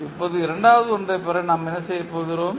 இப்போது இரண்டாவது ஒன்றைப் பெற நாம் என்ன செய்கிறோம்